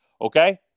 Okay